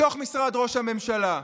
מתוך משרד ראש הממשלה.